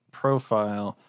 profile